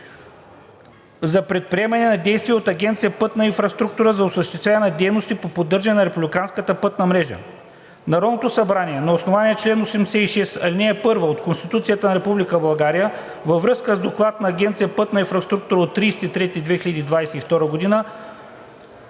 за предприемане на действия от Агенция „Пътна инфраструктура“ за осъществяване на дейностите по поддържане на републиканската пътна мрежа Народното събрание на основание чл. 86, ал. 1 от Конституцията на Република България във връзка с доклад на Агенция „Пътна инфраструктура“ от 30 март 2022 г.